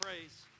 praise